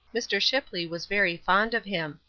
mr. shipley was very fond of him.